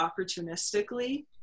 opportunistically